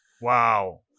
Wow